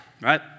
right